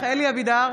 אלי אבידר,